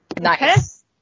Nice